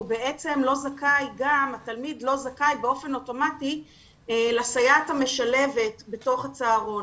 למעשה באופן אוטומטי התלמיד גם לא זכאי לסייעת המשלבת בתוך הצהרון.